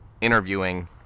interviewing